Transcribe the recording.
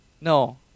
No